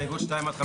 הצבעה לא אושר.